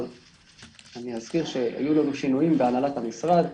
אבל אזכיר שהיו לנו שינויים בהנהלת המשרד,